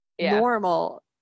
normal